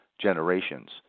generations